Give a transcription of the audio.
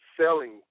selling